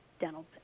dental